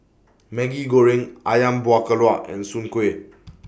Maggi Goreng Ayam Buah Keluak and Soon Kuih